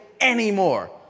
anymore